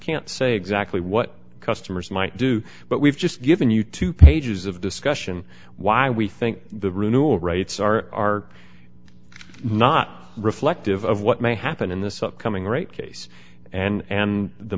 can't say exactly what customers might do but we've just given you two pages of discussion why we think the renewal rates are not reflective of what may happen in this upcoming rate case and and the